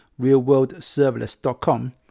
realworldserverless.com